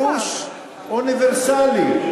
ופה זה אפילו פירוש אוניברסלי.